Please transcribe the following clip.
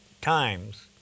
times